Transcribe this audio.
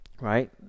right